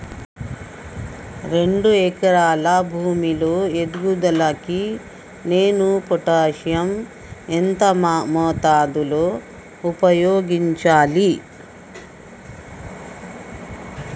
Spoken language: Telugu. రెండు ఎకరాల భూమి లో ఎదుగుదలకి నేను పొటాషియం ఎంత మోతాదు లో ఉపయోగించాలి?